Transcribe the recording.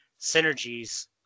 synergies